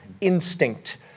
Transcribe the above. instinct